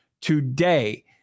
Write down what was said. today